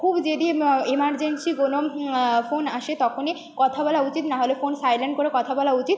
খুব যেদি এমার্জেন্সি কোনো ফোন আসে তখনই কথা বলা উচিত নাহলে ফোন সাইলেন্ট করে কথা বলা উচিত